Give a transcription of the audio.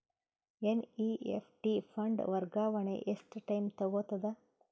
NEFT fund ವರ್ಗಾವಣೆ ಎಷ್ಟ time ತೋಗೊತದ?